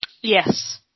Yes